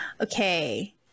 okay